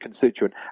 constituent